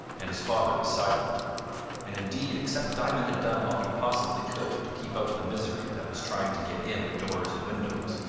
and his father was silent and indeed except diamond had done all he possibly could to keep out the misery that was trying to get in at doors and windows,